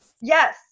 Yes